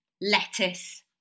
lettuce